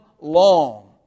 long